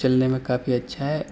چلنے میں کافی اچھا ہے